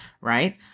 right